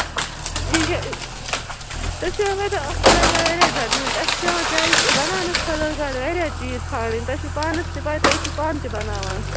تۄہہِ چھُ حظ پَتَہ اَتھ چھِ لَگان واریاہ زیادٕ محنت اَسہِ چھِ پٮ۪وان چایہِ بَناونہٕ خٲطرٕ گۄڈٕ وارایاہ چیٖز ژھانٛڈٕنۍ تۄہہِ چھُو پانَس تہِ پاے تُہۍ ٲسِو پانہٕ تہِ بَناوان